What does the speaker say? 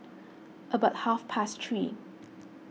about half past three